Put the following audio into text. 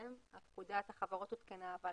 פקודת החברות עודכנה אבל